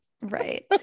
Right